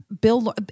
Bill